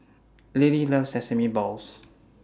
Linnie loves Sesame Balls